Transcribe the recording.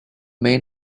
main